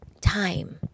time